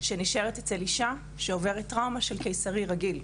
שנשארת אצל אישה שעוברת טראומה של קיסרי רגיל.